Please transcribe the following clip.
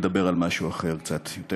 לדבר על משהו קצת אחר,